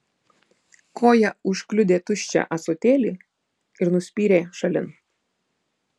koja užkliudė tuščią ąsotėlį ir nuspyrė šalin